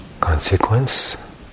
consequence